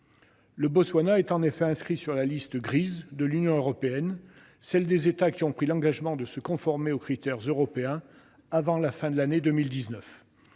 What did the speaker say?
Le Botswana est en effet inscrit sur la liste « grise » de l'Union européenne, celle des États qui ont pris l'engagement de se conformer aux critères européens avant la fin de l'année 2019.